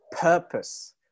purpose